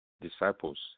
disciples